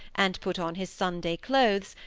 and put on his sunday clothes,